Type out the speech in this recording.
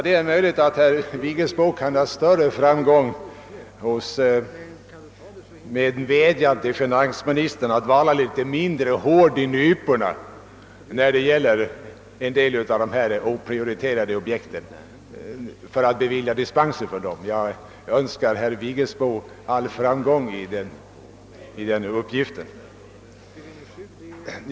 Det är möjligt att herr Vigelsbo har större framgång än vi med en vädjan till finansministern att vara litet mindre hård i nyporna när det gäller att bevilja dispenser för en del av de oprioriterade objekten. Jag önskar herr Vigelsbo all framgång i den uppgiften.